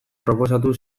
proposatu